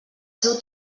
seu